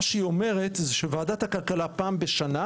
מה שהיא אומרת זה שפעם בשנה,